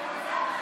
לך.